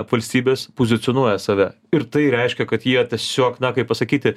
valstybės pozicionuoja save ir tai reiškia kad jie tiesiog na kaip pasakyti